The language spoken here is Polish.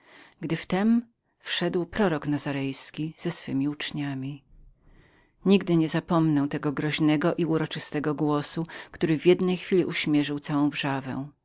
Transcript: gdy w tem wszedł prorok nazarejski z swymi uczniami nigdy nie zapomnę tego groźnego i uroczystego głosu który w jednej chwili uśmierzył wrzawę